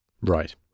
Right